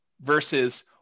versus